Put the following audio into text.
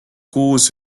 kuus